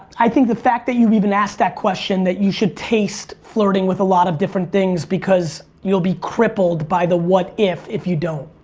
i think the fact that you even asked that question, that you should taste flirting with a lot of different things because you'll be crippled by the what if if you don't.